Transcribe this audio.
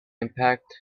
impact